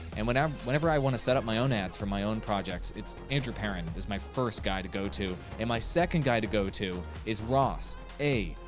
and whenever whenever i wanna set up my own ads for my own projects, it's andrew perrin who's my first guy to go to. and my second guy to go to is ross a.